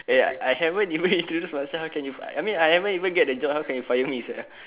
eh I haven't even introduce myself how can you fire I mean I haven't even get the job how can you fire me sia